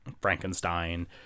Frankenstein